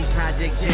Project